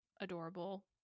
adorable